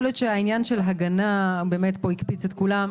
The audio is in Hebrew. יכול להיות שהעניין של הגנה הקפיץ את כולם.